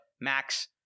Max